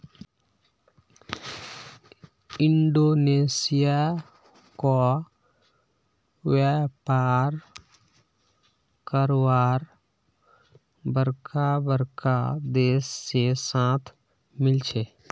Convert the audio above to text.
Indonesia क व्यापार करवार बरका बरका देश से साथ मिल छे